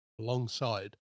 alongside